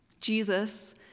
Jesus